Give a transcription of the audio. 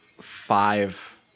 five